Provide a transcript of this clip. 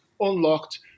unlocked